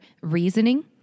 reasoning